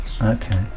Okay